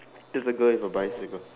it's a girl with a bicycle